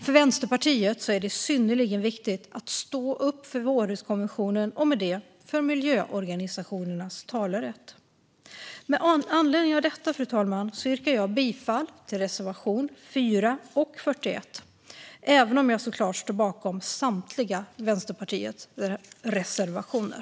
För Vänsterpartiet är det synnerligen viktigt att stå upp för Århuskonventionen och med det för miljöorganisationernas talerätt. Med anledning av detta yrkar jag bifall endast till reservation 4 och 41, även om jag såklart står bakom Vänsterpartiets samtliga reservationer.